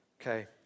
Okay